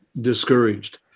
discouraged